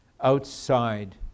outside